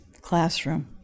classroom